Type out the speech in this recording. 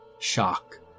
Shock